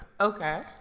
Okay